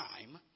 time